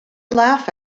laugh